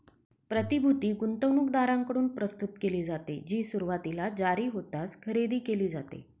प्रतिभूती गुंतवणूकदारांकडून प्रस्तुत केली जाते, जी सुरुवातीला जारी होताच खरेदी केली जाते